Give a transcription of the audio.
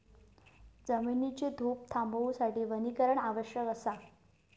जमिनीची धूप थांबवूसाठी वनीकरण आवश्यक असा